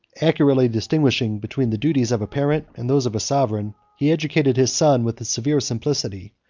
accurately distinguishing between the duties of a parent and those of a sovereign, he educated his son with a severe simplicity,